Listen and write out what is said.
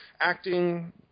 acting